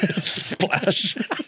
splash